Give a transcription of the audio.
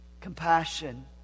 compassion